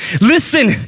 Listen